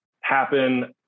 happen